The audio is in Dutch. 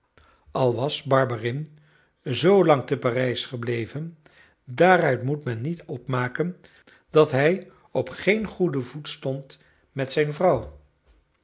al was barberin zoolang te parijs gebleven daaruit moet men niet opmaken dat hij op geen goeden voet stond met zijn vrouw